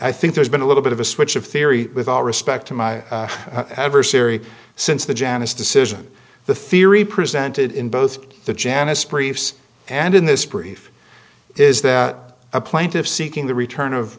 i think there's been a little bit of a switch of theory with all respect to my adversary since the janice decision the theory presented in both the janice briefs and in this brief is that a plaintive seeking the return of